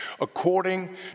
according